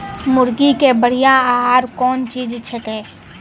मुर्गी के बढ़िया आहार कौन चीज छै के?